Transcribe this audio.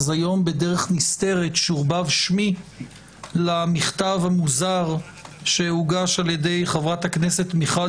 אז היום בדרך נסתרת שורבב שמי למכתב המוזר שהוגש ע"י חה"כ מיכל